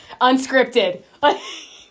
Unscripted